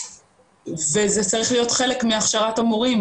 וזה צריך להיות חלק מהכשרת המורים.